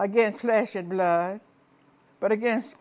against flesh and blood but against